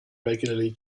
regularly